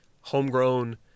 homegrown